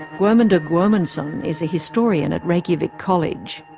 guomundur guomundsson is a historian at reykjavik college.